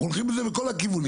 אנחנו הולכים מכל הכיוונים.